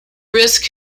risk